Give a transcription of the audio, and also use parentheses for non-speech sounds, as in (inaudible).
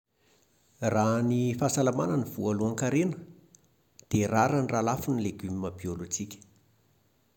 Raha ny (hesitation) fahasalamana no voalohan-karena, dia rariny raha lafo ny legioma biôlôjika